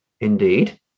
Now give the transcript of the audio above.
indeed